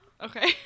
Okay